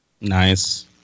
Nice